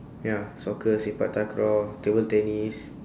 ya soccer sepak takraw table tennis